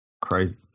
Crazy